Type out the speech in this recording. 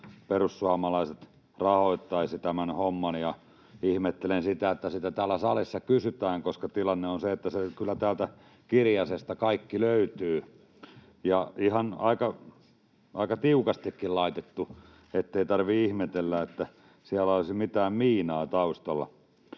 perussuomalaiset rahoittaisivat tämän homman, mutta ihmettelen, että sitä täällä salissa kysytään, koska tilanne on se, että se kaikki kyllä täältä kirjasesta löytyy — ja ihan aika tiukastikin laitettuna, ettei tarvitse ihmetellä, että siellä olisi mitään miinaa taustalla.